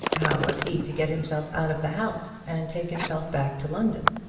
how was he to get himself out of the house, and take himself back to london?